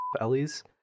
Ellie's